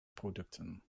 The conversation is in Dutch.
producten